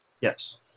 Yes